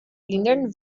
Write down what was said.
lindern